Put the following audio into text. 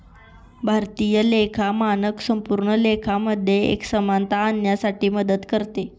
भारतीय लेखा मानक संपूर्ण लेखा मध्ये एक समानता आणण्यासाठी मदत करते